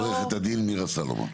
עורכת הדין מירה סלומון.